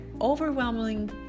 overwhelming